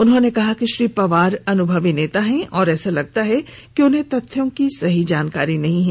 उन्होंने कहा कि श्री पवार अनुभवी नेता हैं और ऐसा लगता है उन्हें तथ्यों की सही जानकारी नहीं है